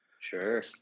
Sure